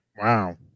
Wow